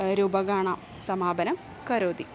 रूपकाणां समापनं करोति